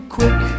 quick